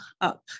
up